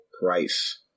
price